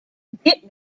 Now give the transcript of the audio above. geht